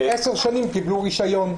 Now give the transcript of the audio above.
עשר שנים קיבלו רישיון.